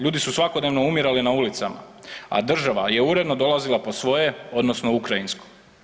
Ljudi su svakodnevno umirali na ulicama, a država je uredno dolazila po svoje, odnosno ukrajinsko.